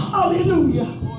Hallelujah